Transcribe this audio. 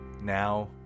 Now